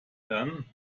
lernen